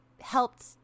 helped